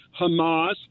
hamas